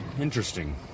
interesting